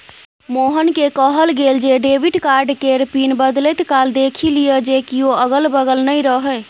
मोहनकेँ कहल गेल जे डेबिट कार्ड केर पिन बदलैत काल देखि लिअ जे कियो अगल बगल नै रहय